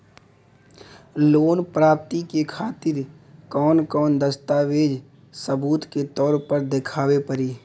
Loan प्राप्ति के खातिर कौन कौन दस्तावेज सबूत के तौर पर देखावे परी?